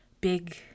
big